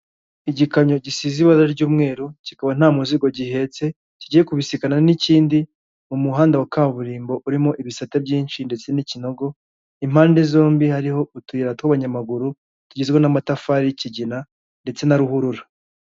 Igikamyo gisize ibara ry'umweru kikaba nta muzigo gihetse, kigiye kubisikana n'ikindi mu muhanda wa kaburimbo urimo ibisate byinshi ndetse n'ikinogo, impande zombi hariho utuyira tw'abanyamaguru tugizwe n'amatafari y’ikigina ndetse na ruhurura.